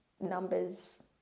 numbers